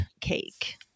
cake